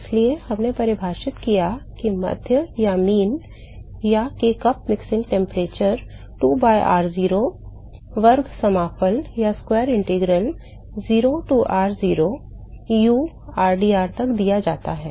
इसलिए हमने परिभाषित किया कि माध्य या कप मिक्सिंग तापमान 2 by r0 वर्ग समाकल 0 to r0 u rdr तक दिया जाता है